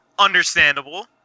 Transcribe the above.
understandable